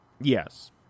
Yes